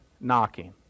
knocking